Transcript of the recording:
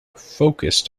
focused